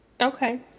Okay